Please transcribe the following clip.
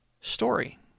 story